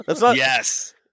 Yes